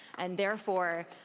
and therefore,